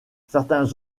certains